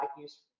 use